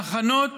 ההכנות